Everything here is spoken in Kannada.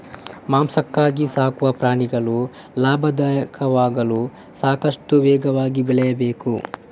ಮಾಂಸಕ್ಕಾಗಿ ಸಾಕುವ ಪ್ರಾಣಿಗಳು ಲಾಭದಾಯಕವಾಗಲು ಸಾಕಷ್ಟು ವೇಗವಾಗಿ ಬೆಳೆಯಬೇಕು